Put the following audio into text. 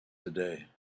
today